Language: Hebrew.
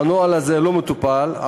והנוהל הזה לא מטופל,